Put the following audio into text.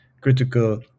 critical